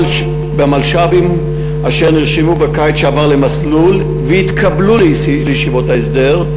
המלש"בים אשר נרשמו בקיץ שעבר למסלול והתקבלו לישיבות ההסדר,